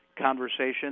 conversation